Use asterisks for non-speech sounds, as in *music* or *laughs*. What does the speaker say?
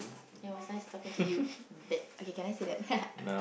it was nice talking to you bad okay can I say that *laughs*